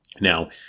Now